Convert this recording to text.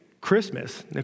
Christmas